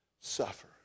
suffer